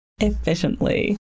efficiently